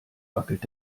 wackelt